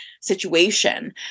situation